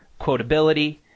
quotability